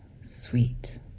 sweet